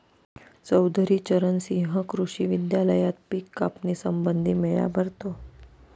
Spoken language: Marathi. चौधरी चरण सिंह कृषी विद्यालयात पिक कापणी संबंधी मेळा भरतो